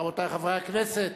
רבותי חברי הכנסת,